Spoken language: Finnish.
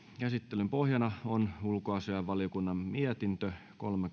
käsittelyn pohjana on ulkoasiainvaliokunnan mietintö kolme